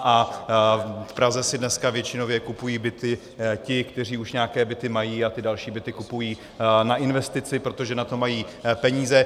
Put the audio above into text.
V Praze si dneska většinově kupují byty ti, kteří už nějaké byty mají a další kupují na investici, protože na to mají peníze.